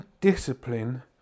discipline